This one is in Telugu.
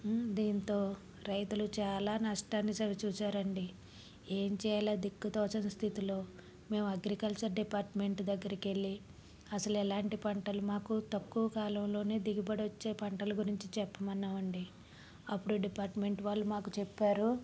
దీంతో రైతులు చాలా నష్టాన్ని చవిచూసారండి ఏం చెయ్యాలో దిక్కు తోచని స్థితిలో మేము అగ్రికల్చర్ డిపార్ట్మెంట్ దగ్గరకెళ్ళి అసలు ఎలాంటి పంటలు మాకు తక్కువ కాలంలోనే దిగుబడి వచ్చే పంటల గురించి చెప్పమన్నాం అండి అప్పుడు డిపార్ట్మెంట్ వాళ్ళు మాకు చెప్పారు